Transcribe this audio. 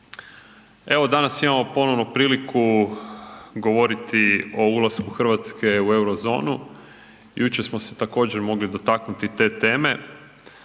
Evo danas imamo ponovo priliku govoriti o ulasku Hrvatske u eurozonu, jučer smo se također mogli dotaknuti te teme.